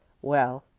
well,